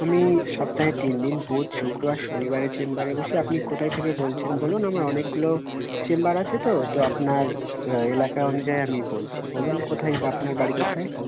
আমি সপ্তাহে তিন দিন বুধ শুক্র আর শনিবারে চেম্বারে বসি আপনি কোথায় থেকে বলছেন বলুন আমার অনেকগুলো চেম্বার আছে তো তো আপনার এলাকা অনুযায়ী আমি বলছি বলুন কোথায় আপনার বাড়ি কোথায়